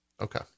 okay